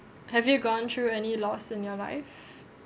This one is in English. have you gone through any loss in your life